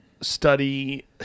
study